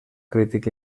crític